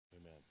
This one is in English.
Amen